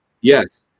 Yes